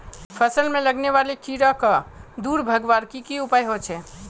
फसल में लगने वाले कीड़ा क दूर भगवार की की उपाय होचे?